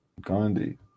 Gandhi